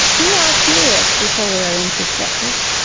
we are curious before we are introspective,